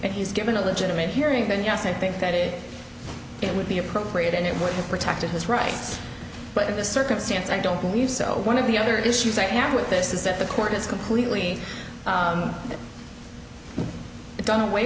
and he's given a legitimate hearing then yes i think that it would be appropriate and it would have protected his rights but in this circumstance i don't believe so one of the other issues i have with this is that the court is completely done away